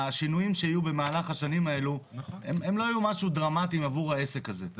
השינויים שיהיו במהלך השנים האלה הם לא יהיו משהו דרמטי עבור העסק הזה.